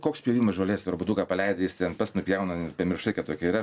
koks pjovimas žolės robotuką paleidi jis ten pats nupjauna pamiršai kad tokie yra